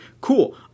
cool